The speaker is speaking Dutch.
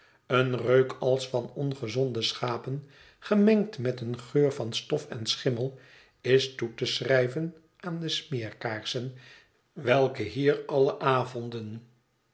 een reuk als van ongezonde schapen gemengd met een geur van stof en schimmel is toe te schrijven aan de smeerkaarsen welke hier alle avonden